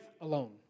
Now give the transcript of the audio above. alone